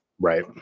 Right